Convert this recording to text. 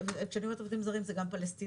כשאני אומרת עובדים זרים, זה גם פלסטינים,